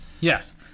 Yes